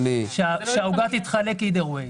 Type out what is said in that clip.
העוגה תתחלק בכל מקרה.